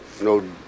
no